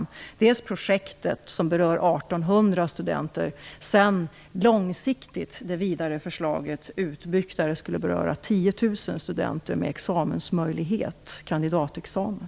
Det gäller dels projektet som berör 1 800 studenter, dels det långsiktigt utbyggda förslaget som berör 10 000 studenter med möjlighet att ta en kandidatexamen.